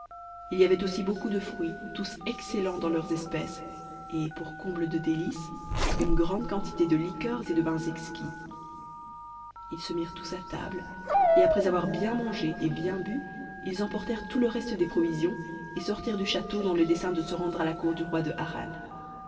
h y avait aussi beaucoup de fruits tous excellents dans leurs espèces et pour comble de délices une grande quantité de liqueurs et de vins exquis ils se mirent tous à table et après avoir bien mangé et bien bu ils emportèrent tout le reste des provisions et sortirent du château dans le dessein de se rendre à la cour du roi de harran